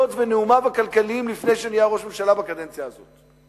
ונאומיו הכלכליים לפני שנהיה ראש ממשלה בקדנציה הזאת.